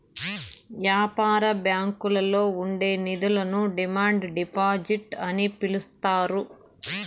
యాపార బ్యాంకుల్లో ఉండే నిధులను డిమాండ్ డిపాజిట్ అని పిలుత్తారు